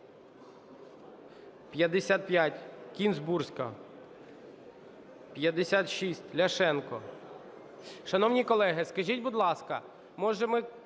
55, Кінзбурська. 56, Ляшенко. Шановні колеги, скажіть, будь ласка, може, ми